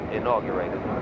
inaugurated